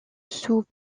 sous